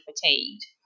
fatigued